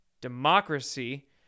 democracy